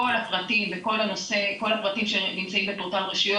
כל הפרטים שנמצאים בפורטל רשויות